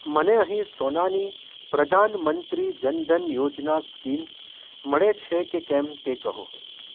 મને અહીં સોનાની પ્રધાન મંત્રી જન ધન યોજના સ્કીમ મળે છે કે કેમ તે કહો